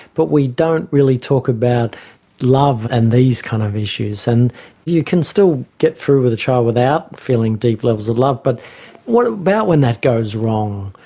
but we don't really talk about love and these kind of issues. and you can still get through with a child without feeling deep levels of love, but what about when that goes wrong,